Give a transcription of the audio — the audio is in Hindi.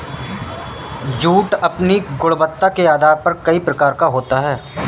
जूट अपनी गुणवत्ता के आधार पर कई प्रकार का होता है